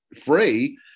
free